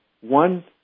One